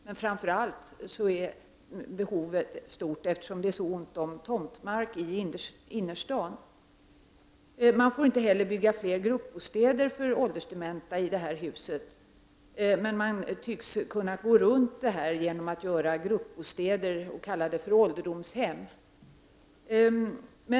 Men framför allt är behovet stort, eftersom det är så ont om tomtmark i innerstaden. Man får inte heller bygga fler gruppbostäder för åldersdementa i detta hus, men man tycks kunna gå runt detta genom att göra gruppbostäder och kalla dem för ålderdomshem.